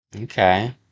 Okay